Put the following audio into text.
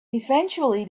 eventually